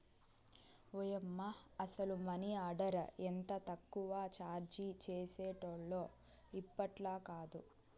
ఓయమ్మ, అసల money order ఎంత తక్కువ చార్జీ చేసేటోల్లో ఇప్పట్లాకాదు